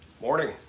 morning